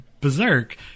Berserk